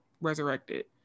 resurrected